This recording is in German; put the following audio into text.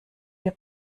wir